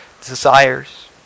desires